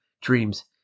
dreams